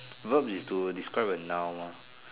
verb is to describe a noun lor